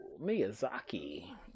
Miyazaki